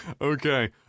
okay